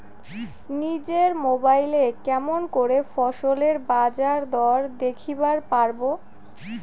নিজের মোবাইলে কেমন করে ফসলের বাজারদর দেখিবার পারবো?